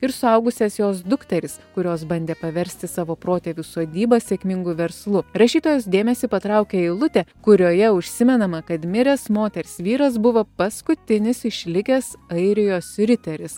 ir suaugusias jos dukteris kurios bandė paversti savo protėvių sodybą sėkmingu verslu rašytojos dėmesį patraukė eilutė kurioje užsimenama kad miręs moters vyras buvo paskutinis išlikęs airijos riteris